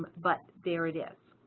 but there it is.